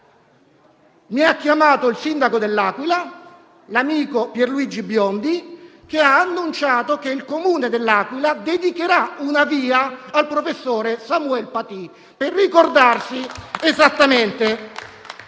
mi ha chiamato il sindaco dell'Aquila, l'amico Pierluigi Biondi, che ha annunciato che il Comune dell'Aquila dedicherà una via al professore Samuel Paty per ricordarsi esattamente